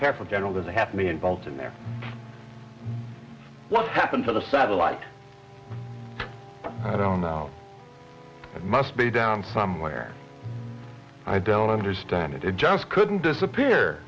careful general there's a half million volts in there what happened to the satellite i don't know it must be down somewhere i don't understand it it just couldn't disappear